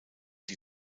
die